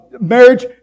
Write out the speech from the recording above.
marriage